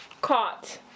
Caught